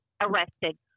arrested